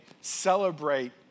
celebrate